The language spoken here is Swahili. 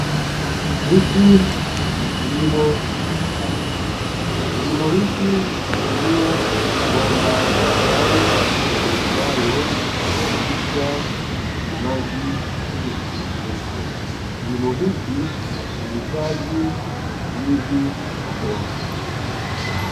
Hiki ni kilimo cha kisasa, kilimo hiki hutumia mabomba maalumu yanayopitisha majimaji yenye virutubisho, kilimo hiki hakihitaji matumizi ya udongo.